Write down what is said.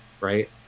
Right